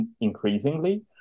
increasingly